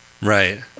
Right